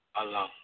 alone